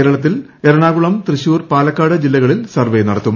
കേരളത്തിൽ എറണാകുളം തൃശൂർ പാലക്കാട് ജില്ലകളിൽ സർവ്വേ നടത്തും